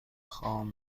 خام